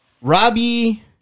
Robbie